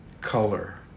color